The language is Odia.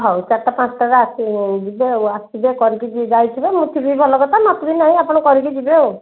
ହଉ ଚାରିଟା ପାଞ୍ଚଟାରେ ଆସିଯିବେ ଆଉ ଆସିବେ କରିକି ଯାଇଥିବେ ମୁଁ ଥିବି ଭଲ କଥା ନଥିବି ନାଇଁ ଆପଣ କରିକି ଯିବେ ଆଉ